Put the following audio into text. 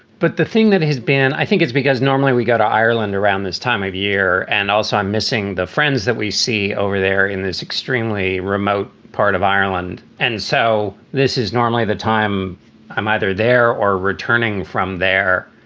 but the thing that has been i think it's because normally we go to ireland around this time of year and also i'm missing the friends that we see over there in this extremely remote part of ireland. and so this is normally the time i'm either there or returning from there.